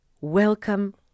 Welcome